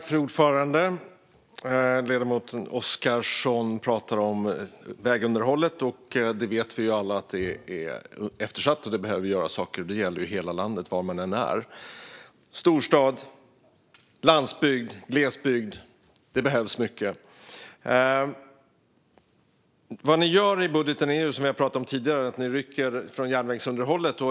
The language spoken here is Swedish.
Fru talman! Ledamoten Oscarsson pratar om vägunderhållet. Det vet vi ju alla att det är eftersatt och att det behöver göras saker. Det gäller hela landet och var man än är. Storstad, landsbygd, glesbygd - det behövs mycket! Vad ni gör nu i budgeten - detta har det pratats om tidigare - är att ni rycker från järnvägsunderhållet.